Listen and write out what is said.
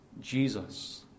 Jesus